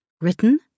written